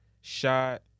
shot